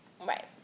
Right